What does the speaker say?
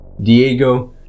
Diego